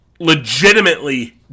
legitimately